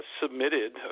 submitted